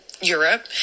Europe